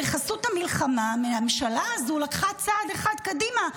בחסות המלחמה הממשלה הזו לקחה צעד אחד קדימה,